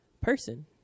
person